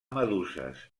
meduses